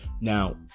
Now